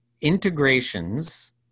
integrations